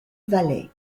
valley